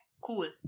cool